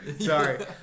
Sorry